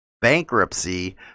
bankruptcy